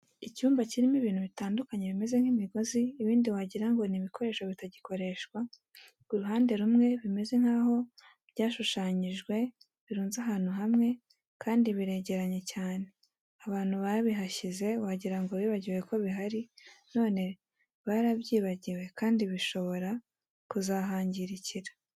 Icyumba kirimo ibintu bitandukanye bimeze nk'imigozi ibindi wagira ngo ni ibikoresho bitagikoreshwa, ku ruhande rumwe bimeze nkaho byashushanyijwe, birunze ahantu hamwe kandi biregeranye cyane, abantu babihashyize wagira ngo bibagiwe ko bihari none barabyibagiwe kandi bishobora kuzahangirikira.